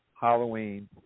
Halloween